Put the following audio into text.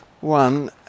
One